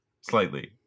Slightly